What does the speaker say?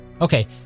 Okay